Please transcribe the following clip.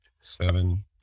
Seven